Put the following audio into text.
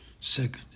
Second